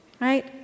Right